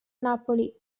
napoli